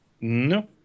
No